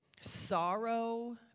sorrow